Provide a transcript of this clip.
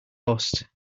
lost